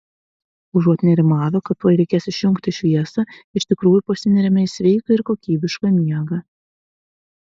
užuot nerimavę kad tuoj reikės išjungti šviesą iš tikrųjų pasineriame į sveiką ir kokybišką miegą